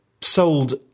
sold